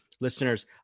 listeners